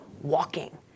walking